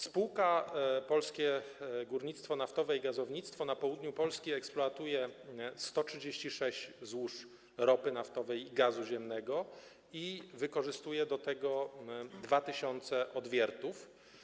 Spółka Polskie Górnictwo Naftowe i Gazownictwo na południu Polski eksploatuje 136 złóż ropy naftowej i gazu ziemnego i wykorzystuje do tego 2 tys. odwiertów.